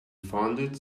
funded